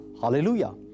Hallelujah